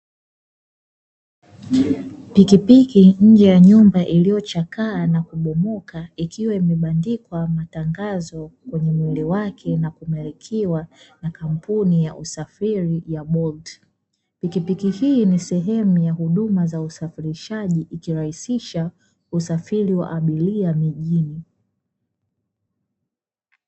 Pikipiki nje ya nyumba iliyochakaa na kubomoka ikiwa imebandikwa matangangazo kwenye mwili wake na kumilikiwa na kampuni ya usafiri ya 'bolt", pikipiki hii ni sehemu ya huduma za usafirishaji ikirahisisha usafiri wa abiria mijini.